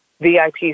VIP